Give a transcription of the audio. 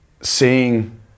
seeing